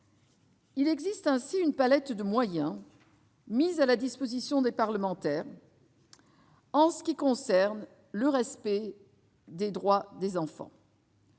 Il existe ainsi une palette de moyens mis à la disposition des parlementaires en ce qui concerne le respect des droits des enfants.